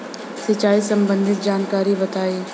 सिंचाई संबंधित जानकारी बताई?